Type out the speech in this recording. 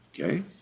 okay